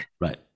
Right